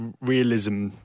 realism